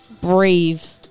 Brave